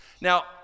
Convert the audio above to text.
Now